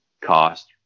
cost